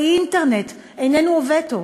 האינטרנט איננו עובד טוב.